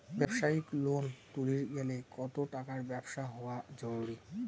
ব্যবসায়িক লোন তুলির গেলে কতো টাকার ব্যবসা হওয়া জরুরি?